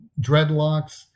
dreadlocks